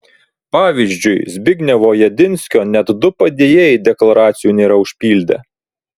pavyzdžiui zbignevo jedinskio net du padėjėjai deklaracijų nėra užpildę